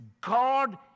God